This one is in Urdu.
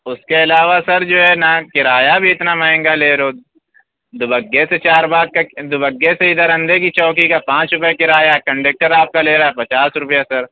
اُس كے علاوہ سر جو ہے نا کرایہ بھی اتنا مہنگا لے رہے ہو دوبگے سے چار باغ كا دوبگے سے اِدھر اندھے كی چوكی كا پانچ روپیہ کرایہ ہے کنڈیکٹر آپ کا لے رہا ہے پچاس روپیہ سر